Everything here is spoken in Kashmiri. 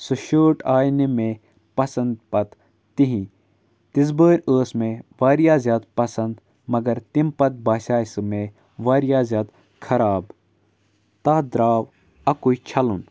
سۄ شٲٹ آے نہٕ مےٚ پَسنٛد پَتہٕ کِہیٖنۍ تِژھ بٲرۍ ٲس مےٚ واریاہ زیادٕ پَسنٛد مگر تمہِ پَتہٕ باسیٛاے سُہ مےٚ واریاہ زیادٕ خراب تَتھ درٛاو اَکُے چھَلُن